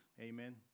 Amen